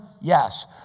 yes